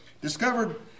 discovered